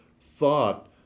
thought